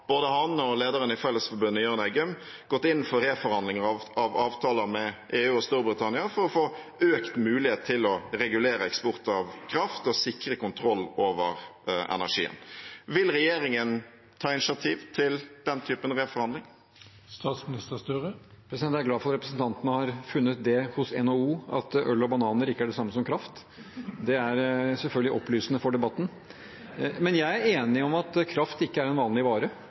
både han og lederen i Fellesforbundet, Jørn Eggum, gått inn for reforhandlinger av avtaler med EU og Storbritannia for å få økt mulighet til å regulere eksport av kraft og sikre kontroll over energien. Vil regjeringen ta initiativ til den typen reforhandling? Jeg er glad for at representanten har funnet det hos NHO at øl og bananer ikke er det samme som kraft – det er selvfølgelig opplysende for debatten. Men jeg er enig i at kraft ikke er en vanlig vare.